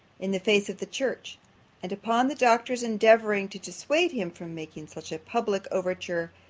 in the face of the church and upon the doctor's endeavouring to dissuade him from making such a public overture,